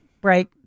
break